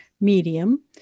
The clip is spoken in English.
medium